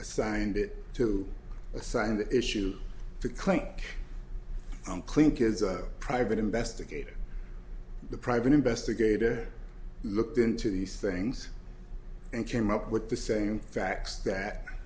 assigned to assign the issue to claim i'm klink as a private investor the private investigator looked into these things and came up with the same facts that